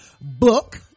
book